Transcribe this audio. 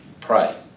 pray